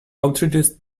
outrageous